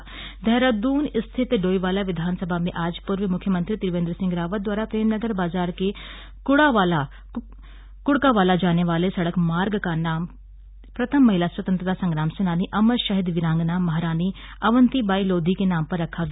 नामकरण देहरादून स्थित डोईवाला विधानसभा में आज पूर्व मुख्यमंत्री त्रिवेन्द्र सिंह रावत द्वारा प्रेमनगर बाजार के कुड़कावाला जाने वाले सड़क मार्ग का नाम प्रथम महिला स्वतंत्रता संग्राम सेनानी अमर शहीद वीरांगना महारानी अवंतीबाई लोधी के नाम पर रखा गया